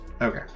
Okay